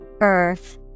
Earth